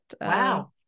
Wow